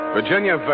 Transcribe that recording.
Virginia